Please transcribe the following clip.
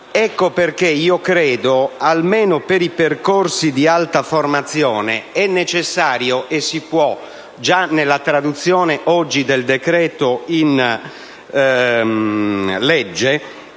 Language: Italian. Ecco perché io credo che, almeno per i percorsi di alta formazione, è necessario e si può, già oggi nella conversione del decreto-legge,